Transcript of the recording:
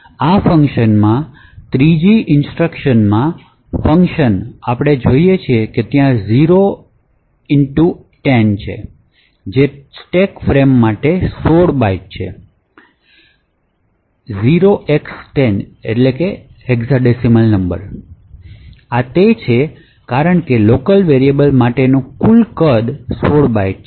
આ functionમાં3જી ઇન્સટ્રક્શનમાં function આપણે જોઈએ છીએ કે ત્યાં 0x10 છે જે સ્ટેક ફ્રેમ માટે 16 બાઇટ્સ છે આ તે છે કારણ કે લોકલ વેરિએબલ્સ માટેનું કુલ કદ 16 બાઇટ્સ છે